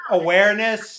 awareness